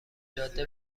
جاده